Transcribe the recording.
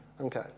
Okay